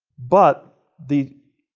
but the,